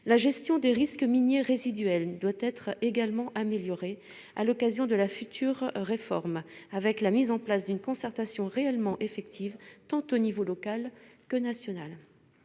la gestion des risques miniers résiduels doit être améliorée à l'occasion de la future réforme, avec la mise en place d'une concertation réellement effective au niveau tant local que national.